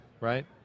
right